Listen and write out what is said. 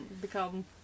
become